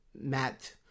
Matt